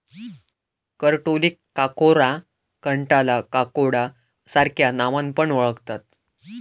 करटोलीक काकोरा, कंटॉला, ककोडा सार्ख्या नावान पण ओळाखतत